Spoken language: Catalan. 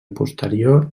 posterior